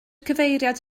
cyfeiriad